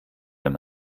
wenn